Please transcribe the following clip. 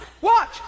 Watch